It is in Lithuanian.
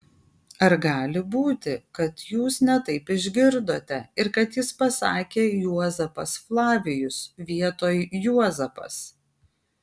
ar gali būti kad jūs ne taip išgirdote ir kad jis pasakė juozapas flavijus vietoj juozapas